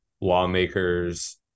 lawmakers